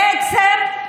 בעצם,